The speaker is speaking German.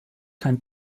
kein